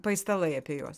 paistalai apie juos